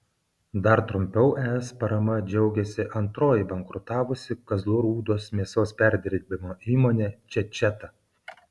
dar trumpiau es parama džiaugėsi antroji bankrutavusi kazlų rūdos mėsos perdirbimo įmonė čečeta